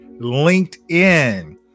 LinkedIn